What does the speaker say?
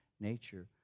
nature